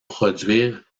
produire